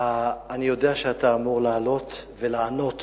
אני יודע שאתה אמור לעלות ולענות